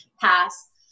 pass